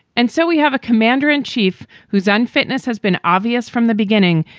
and so we have a commander in chief whose unfitness has been obvious from the beginning,